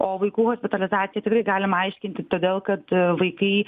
o vaikų hospitalizacijai tikrai galim aiškinti todėl kad vaikai